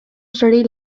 sri